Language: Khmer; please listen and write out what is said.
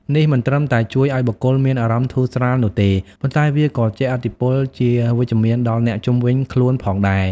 នេះមិនត្រឹមតែជួយឱ្យបុគ្គលមានអារម្មណ៍ធូរស្រាលនោះទេ ប៉ុន្តែវាក៏ជះឥទ្ធិពលជាវិជ្ជមានដល់អ្នកជុំវិញខ្លួនផងដែរ។